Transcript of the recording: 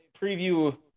preview